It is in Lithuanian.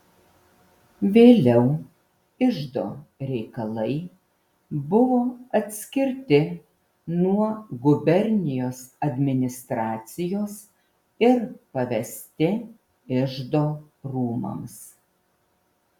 vėliau iždo reikalai buvo atskirti nuo gubernijos administracijos ir pavesti iždo rūmams